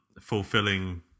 fulfilling